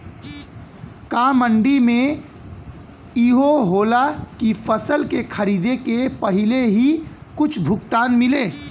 का मंडी में इहो होला की फसल के खरीदे के पहिले ही कुछ भुगतान मिले?